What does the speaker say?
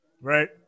Right